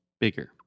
bigger